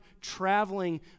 traveling